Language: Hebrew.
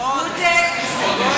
עוֹדֶה עם סֶגול?